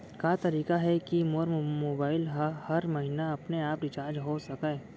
का तरीका हे कि मोर मोबाइल ह हर महीना अपने आप रिचार्ज हो सकय?